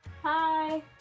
Hi